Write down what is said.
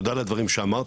תודה על הדברים שאמרת,